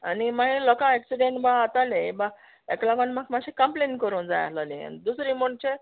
आनी मागीर लोका एक्सिडेण बा आतोले बा ताका लागून म्हाक माश्शें कंप्लेन करूं जाय आसली आनी दुसरें म्हुणजे